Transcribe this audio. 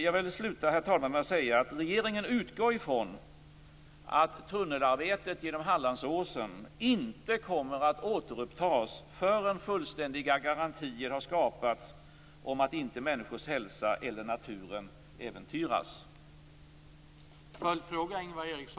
Jag vill sluta, herr talman, med att säga att regeringen utgår från att tunnelarbetet genom Hallandsåsen inte kommer att återupptas förrän fullständiga garantier har skapats om att människors hälsa eller naturen inte äventyras.